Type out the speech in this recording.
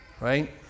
right